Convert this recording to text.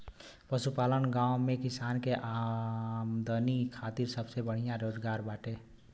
पशुपालन गांव में किसान के आमदनी खातिर सबसे बढ़िया रोजगार बाटे